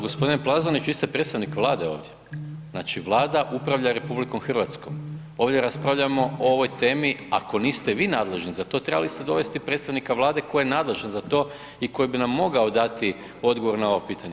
G. Plazonić, vi ste predstavnik Vlade ovdje, znači Vlada upravlja RH, ovdje raspravljamo o ovoj temi, ako niste vi nadležni za to, trebali ste dovesti predstavnika Vlade koji je nadležan za to i koji bi nam mogao dati odgovor na pitanje.